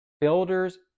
builders